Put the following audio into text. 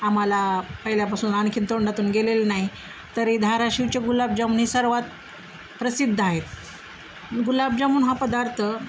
आम्हाला पहिल्यापासून आणखीन तोंडातून गेलेले नाही तरी धाराशिवचे गुलाबजाम ही सर्वात प्रसिद्ध आहेत गुलाबजामून हा पदार्थ